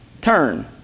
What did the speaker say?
turn